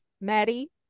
Maddie